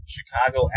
Chicago